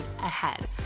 ahead